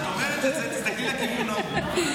תסתכלי לכיוון ההוא.